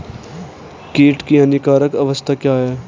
कीट की हानिकारक अवस्था क्या है?